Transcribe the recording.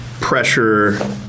pressure